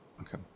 Okay